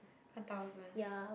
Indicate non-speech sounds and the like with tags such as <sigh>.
one thousand <noise>